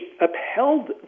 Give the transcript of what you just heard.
upheld